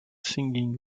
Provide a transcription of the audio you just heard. singing